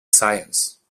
science